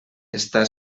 està